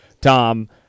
Tom